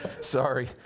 Sorry